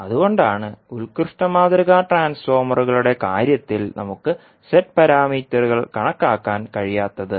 അതുകൊണ്ടാണ് ഉത്കൃഷ്ട മാതൃക ട്രാൻസ്ഫോർമറുകളുടെ കാര്യത്തിൽ നമുക്ക് z പാരാമീറ്ററുകൾ കണക്കാക്കാൻ കഴിയാത്തത്